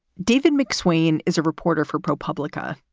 david mcswain is a reporter for propublica.